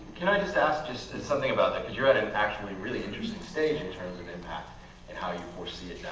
can i just ask just it's something about that because you're at an actually really interesting stage in terms of impact and how you foresee it